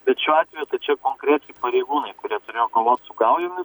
bet šiuo atveju tai čia konkrečiai pareigūnai kurie turėjo kovot su gaujomis